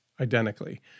identically